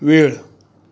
वेळ